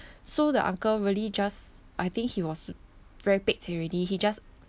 so the uncle really just I think he was very pek chek already he just